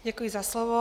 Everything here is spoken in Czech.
Děkuji za slovo.